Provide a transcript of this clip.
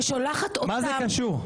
אין מצב שאת מאמינה לעצמך.